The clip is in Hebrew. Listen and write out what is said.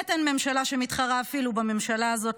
באמת אין ממשלה שמתחרה אפילו בממשלה הזאת,